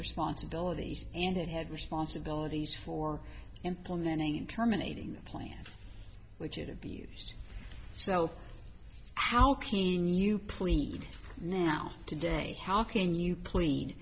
responsibilities and it had responsibilities for implementing and terminating the plan which it abused so how can you plead now today how can you clea